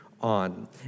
on